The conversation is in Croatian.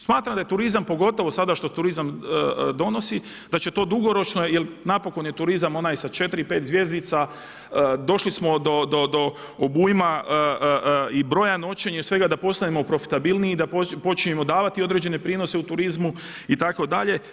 Smatram da je turizam pogotovo što sada turizam donosi da će to dugoročno jel napokon je turizam onaj sa 4, 5 zvjezdica, došli smo do obujma i broja noćenja i svega da postanemo profitabilniji i da počnemo davati određene prinose u turizmu itd.